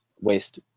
waste